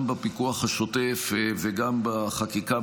גם בפיקוח השוטף וגם בחקיקה,